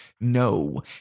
no